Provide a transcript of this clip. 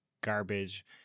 garbage